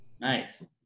Nice